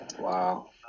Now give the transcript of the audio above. Wow